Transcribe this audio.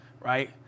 right